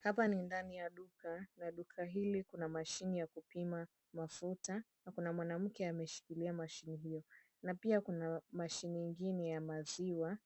Hapa ni ndani ya duka na duka hili kuna mashini ya kupima mafuta na kuna mwanamke ameshikilia mashini hiyo, na pia kuna mashini ingine ya maziwa